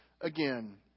again